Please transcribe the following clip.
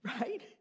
right